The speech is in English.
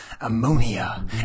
Ammonia